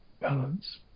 Balance